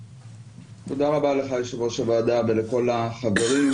תודה רבה לך יושב ראש הוועדה ולכל החברים,